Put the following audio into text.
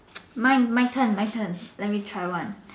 mine my turn my turn